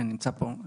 כן, נמצא פה.